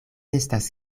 estas